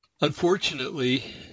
Unfortunately